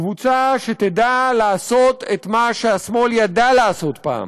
קבוצה שתדע לעשות את מה שהשמאל ידע לעשות פעם: